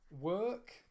work